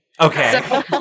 Okay